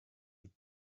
with